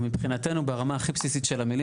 מבחינתנו ברמה הכי בסיסית של המילים,